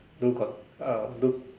do con~ ah do